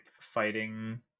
fighting